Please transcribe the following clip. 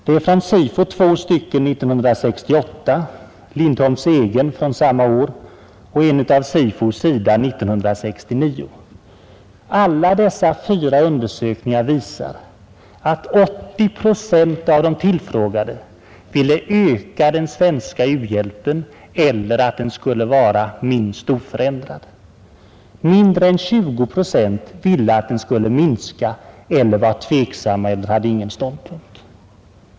Det är två av SIFO år 1968, Lindholms egen från samma år och en av SIFO och SIDA 1969. Alla dessa fyra undersökningar visar att över 80 procent av de tillfrågade ville att den svenska u-hjälpen skulle ökas eller att den skulle vara minst oförändrad. Mindre än 20 procent ville att den skulle minska eller var tveksamma eller hade ingen ståndpunkt.